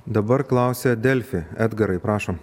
dabar klausia delfi edgarai prašom